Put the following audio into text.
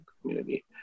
community